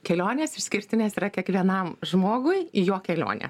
kelionės išskirtinės yra kiekvienam žmogui jo kelionė